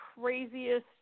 craziest